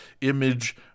image